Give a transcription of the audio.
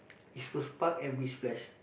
East Coast Park and which place